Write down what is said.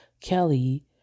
Kelly